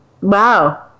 wow